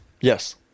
Yes